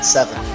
Seven